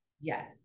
Yes